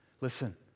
Listen